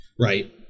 Right